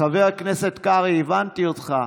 חבר הכנסת, תקשיב,